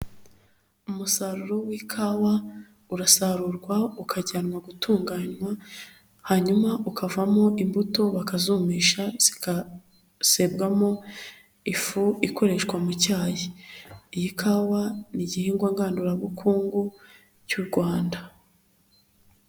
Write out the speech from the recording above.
Umusaruro w'ikawa, urasarurwa ukajyanwa, gutunganywa hanyuma ukavamo imbuto bakazumisha, zigasebwamo ifu ikoreshwa mu cyayi. Iyi kawa ni igihingwa ngandurabukungu cy'u Rwanda.